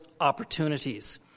opportunities